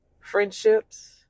friendships